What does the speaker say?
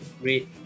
great